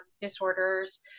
disorders